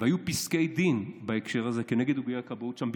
והיו פסקי דין בהקשר הזה כנגד איגודי הכבאות שם,